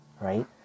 right